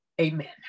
amen